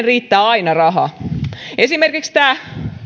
riittää aina rahaa esimerkiksi tämä